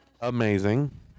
amazing